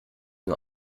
nur